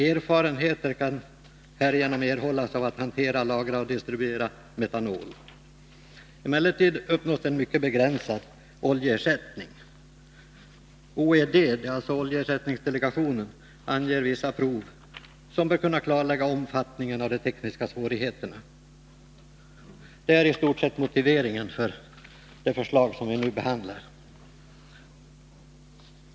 Erfarenheter kan härigenom erhållas av att hantera, lagra och distribuera metanol. Emellertid uppnås endast en mycket begränsad oljeersättning. OED -— oljeersättningsdelegationen — anger vissa prov som bör kunna klarlägga omfattningen av de tekniska svårigheterna.” Det är i stort sett motiveringen för det förslag som vi nu behandlar.